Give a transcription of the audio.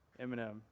Eminem